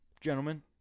gentlemen